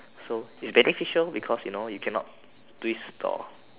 so is beneficial because you know you cannot twist or